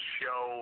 show